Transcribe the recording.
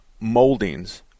moldings